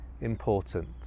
important